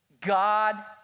God